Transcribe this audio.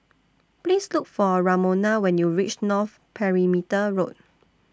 Please Look For Ramona when YOU REACH North Perimeter Road